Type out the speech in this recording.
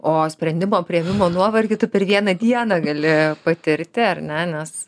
o sprendimo priėmimo nuovargis tu per vieną dieną gali patirti ar ne nes